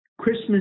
Christmas